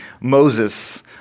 Moses